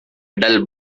dull